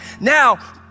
now